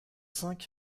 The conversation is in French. cinq